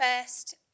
first